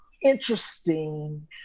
interesting